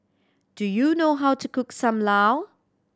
do you know how to cook Sam Lau